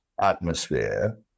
atmosphere